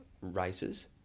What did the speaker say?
races